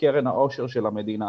לקרן העושר של המדינה,